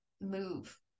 move